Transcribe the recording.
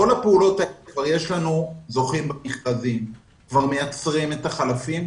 כבר יש לנו זוכים במכרזים וכבר מייצרים את החלפים.